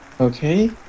Okay